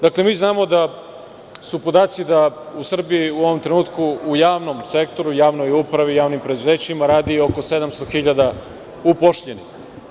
Dakle, mi znamo da su podaci da u Srbiji u ovom trenutku, u javnom sektoru, javnoj upravi i javnim preduzećima radi oko 700.000 zaposlenih.